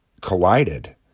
collided